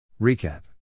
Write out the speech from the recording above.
Recap